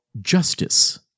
justice